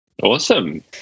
Awesome